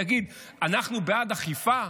יגיד: אנחנו בעד אכיפה?